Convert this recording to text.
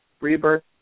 Rebirth